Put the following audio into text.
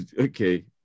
Okay